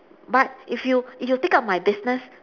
but if you if you take up my business